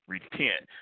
repent